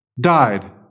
Died